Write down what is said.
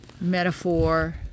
metaphor